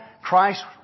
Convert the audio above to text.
Christ